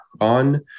on